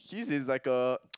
his is like a